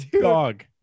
dog